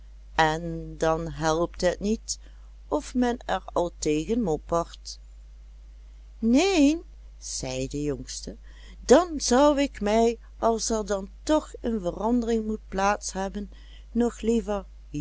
en dan helpt het niet of men er al tegen moppert neen zei de jongste dan zou ik mij als er dan toch een verandering moet plaats hebben nog liever